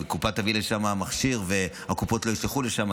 אם הקופה תביא לשם מכשיר והקופות לא ישלחו לשם,